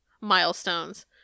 milestones